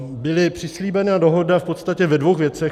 Byla přislíbena dohoda v podstatě ve dvou věcech.